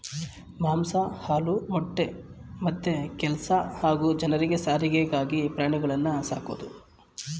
ಮಾಂಸ ಹಾಲು ಮೊಟ್ಟೆ ಮತ್ತೆ ಕೆಲ್ಸ ಹಾಗೂ ಜನರಿಗೆ ಸಾರಿಗೆಗಾಗಿ ಪ್ರಾಣಿಗಳನ್ನು ಸಾಕೋದು